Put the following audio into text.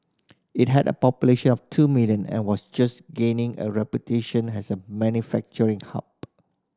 it had a population of two million and was just gaining a reputation as a manufacturing hub